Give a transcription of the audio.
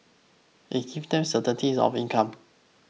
it gave them certainty of income